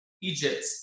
Egypt